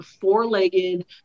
four-legged